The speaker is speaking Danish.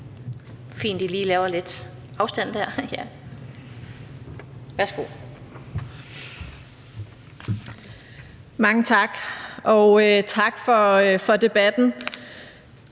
Mange tak. Og tak for debatten.